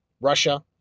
Russia